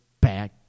back